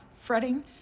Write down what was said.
fretting